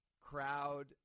Crowd